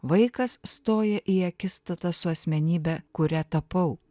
vaikas stoja į akistatą su asmenybe kuria tapau